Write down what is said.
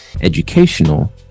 educational